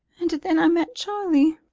and then i met charlie.